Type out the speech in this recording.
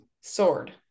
sword